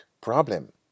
problem